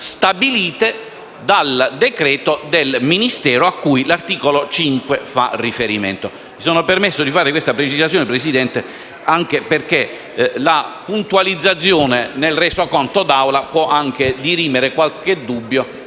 stabilite dal decreto del Ministero cui l'articolo 5 fa riferimento. Mi sono permesso di fare questa precisione, perché la puntualizzazione nel Resoconto potrà dirimere qualche dubbio